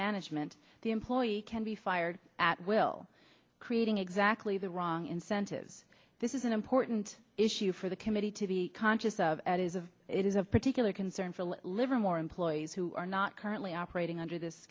management the employee can be fired at will creating exactly the wrong incentives this is an important issue for the committee to be conscious of at is a it is of particular concern for livermore employees who are not currently operating under this